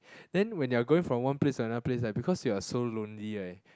then when you are going from one place to another place right because you are so lonely right